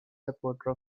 supporter